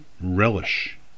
relish